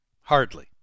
Hardly